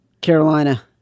Carolina